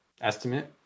estimate